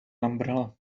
umbrella